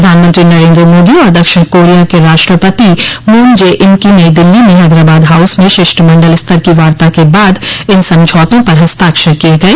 प्रधानमंत्री नरेन्द्र मोदी और दक्षिण कोरिया के राष्ट्रपति मून जे इन की नई दिल्ली में हैदराबाद हाउस में शिष्ट मंडल स्तर की वार्ता क बाद इन समझौतों पर हस्ताक्षर किये गए